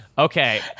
Okay